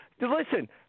Listen